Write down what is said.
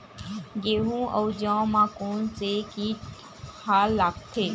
गेहूं अउ जौ मा कोन से कीट हा लगथे?